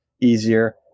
easier